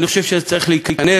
אני חושב שזה צריך להיכנס,